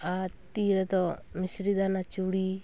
ᱟᱨ ᱛᱤᱨᱮᱫᱚ ᱢᱤᱥᱨᱤᱫᱟᱱᱟ ᱪᱩᱲᱤ